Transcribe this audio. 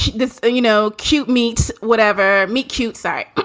this, you know, cute meets whatever. meet cute side.